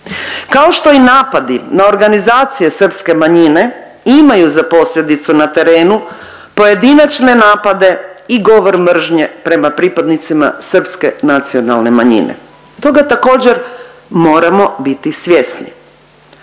kao što i napadi na organizacije srpske manjine imaju za posljedicu na terenu pojedinačne napade i govor mržnje prema pripadnicima Srpske nacionalne manjine, toga također moramo biti svjesni,